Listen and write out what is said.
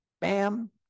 bam